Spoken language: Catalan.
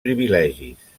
privilegis